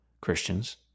Christians